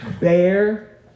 bear